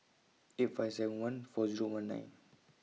eight five seven one four Zero one nine